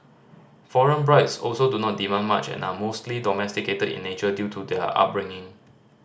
foreign brides also do not demand much and are mostly domesticated in nature due to their upbringing